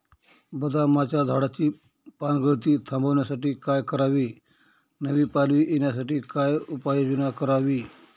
बदामाच्या झाडाची पानगळती थांबवण्यासाठी काय करावे? नवी पालवी येण्यासाठी काय उपाययोजना करावी?